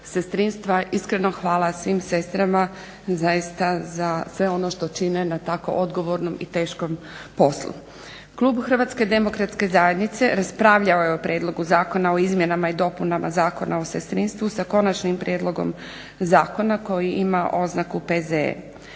Iskreno hvala svim sestrama zaista za sve ono što čine na tako odgovornom i teškom poslu. Klub HDZ-a raspravljao je o prijedlogu Zakona o izmjenama i dopunama Zakona o sestrinstvu sa konačnim prijedlogom zakona koji ima oznaku P.Z.E.